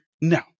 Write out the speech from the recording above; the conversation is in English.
No